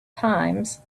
times